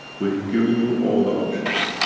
we have given you all the options,